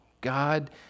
God